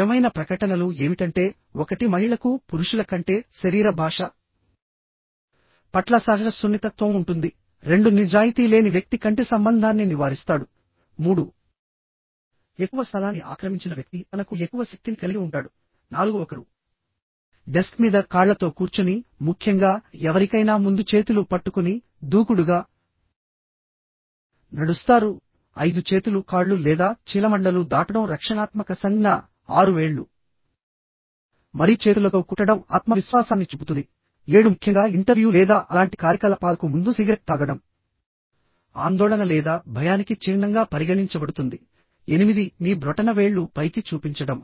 నిజమైన ప్రకటనలు ఏమిటంటే 1 మహిళకు పురుషుల కంటే శరీర భాష పట్ల సహజ సున్నితత్వం ఉంటుంది 2 నిజాయితీ లేని వ్యక్తి కంటి సంబంధాన్ని నివారిస్తాడు 3 ఎక్కువ స్థలాన్ని ఆక్రమించిన వ్యక్తి తనకు ఎక్కువ శక్తిని కలిగి ఉంటాడు 4 ఒకరు డెస్క్ మీద కాళ్ళతో కూర్చుని ముఖ్యంగా ఎవరికైనా ముందు చేతులు పట్టుకుని దూకుడుగా నడుస్తారు 5 చేతులు కాళ్ళు లేదా చీలమండలు దాటడం రక్షణాత్మక సంజ్ఞ 6 వేళ్లు మరియు చేతులతో కుట్టడం ఆత్మవిశ్వాసాన్ని చూపుతుంది 7 ముఖ్యంగా ఇంటర్వ్యూ లేదా అలాంటి కార్యకలాపాలకు ముందు సిగరెట్ తాగడం ఆందోళన లేదా భయానికి చిహ్నంగా పరిగణించబడుతుంది8 మీ బ్రొటనవేళ్లు పైకి చూపించడం